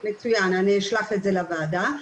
מצוין, אני אשלח את זה לוועדה.